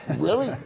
really?